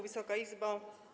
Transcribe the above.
Wysoka Izbo!